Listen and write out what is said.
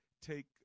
take